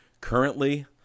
currently